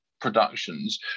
productions